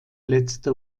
letzte